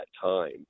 time